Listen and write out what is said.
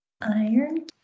Iron